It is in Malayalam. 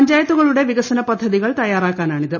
പഞ്ചായത്തുകളുടെ വികസന പദ്ധതികൾ തയ്യാറാക്കാനാണിത്